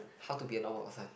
how to be a normal person